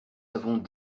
avons